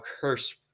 cursed